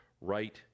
right